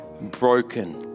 broken